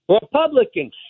Republicans